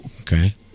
okay